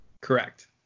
Correct